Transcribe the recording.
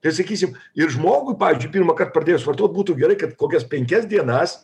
tai sakysim ir žmogui pavyzdžiui pirmąkart pradėjus vartot būtų gerai kad kokias penkias dienas